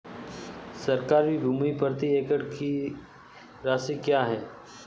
सरकारी भूमि प्रति एकड़ की राशि क्या है?